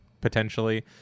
potentially